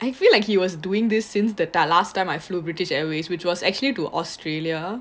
I feel like he was doing this since the last time I flew british airways which was actually to australia